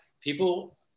people